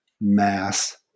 mass